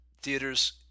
theaters